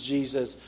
Jesus